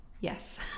Yes